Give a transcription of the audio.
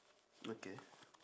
okay